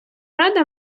рада